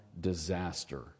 disaster